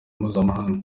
mpuzamahanga